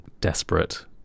desperate